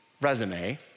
resume